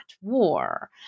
war